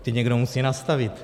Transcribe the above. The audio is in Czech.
Ty někdo musí nastavit.